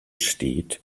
steht